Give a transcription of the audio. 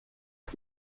que